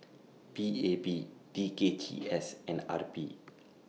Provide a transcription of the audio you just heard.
P A P T K G S and R P